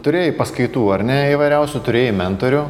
turėjai paskaitų ar ne įvairiausių turėjai mentorių